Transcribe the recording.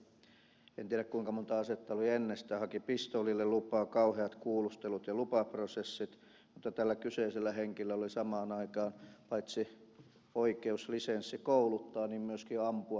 kun hän haki en tiedä kuinka monta asetta oli ennestään pistoolille lupaa oli kauheat kuulustelut ja lupaprosessit mutta tällä kyseisellä henkilöllä oli samaan aikaan paitsi oikeus lisenssi kouluttaa myöskin ampua panssarintorjuntaohjuksilla